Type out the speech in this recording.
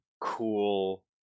cool